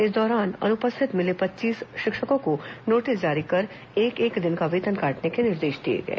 इस दौरान अनुपस्थित मिले पच्चीस शिक्षकों को नोटिस जारी कर एक एक दिन का वेतन काटने के निर्देश दिए गए